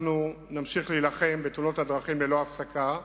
אנחנו נמשיך להילחם בתאונות הדרכים ללא הפסקה,